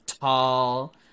Tall